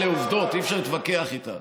אלה עובדות, אי-אפשר להתווכח עליהן.